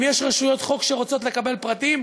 אם יש רשויות חוק שרוצות לקבל פרטים,